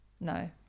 No